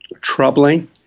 troubling